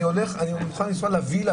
אני מוכן לנסוע לווילה,